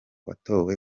watowe